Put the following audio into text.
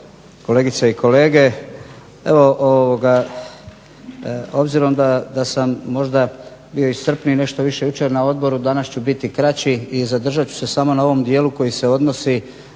kolegice i kolege. Evo obzirom da sam možda bio iscrpniji nešto više jučer na odboru danas ću biti kraći i zadržat ću se samo na ovom dijelu koji se odnosi